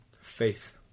Faith